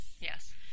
Yes